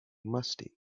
musty